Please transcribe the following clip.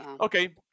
Okay